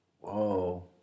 Whoa